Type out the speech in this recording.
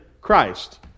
Christ